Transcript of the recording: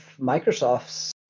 Microsoft's